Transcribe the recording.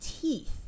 teeth